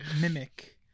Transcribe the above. mimic